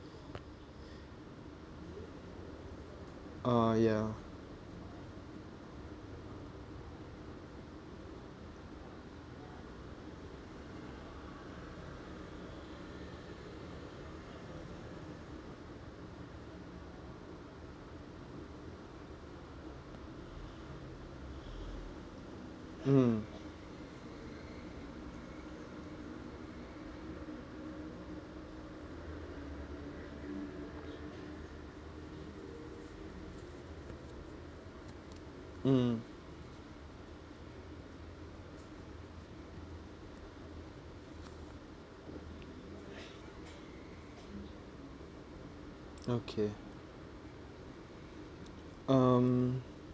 ah ya mm mm okay um